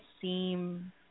seem